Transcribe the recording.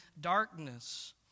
darkness